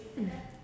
mm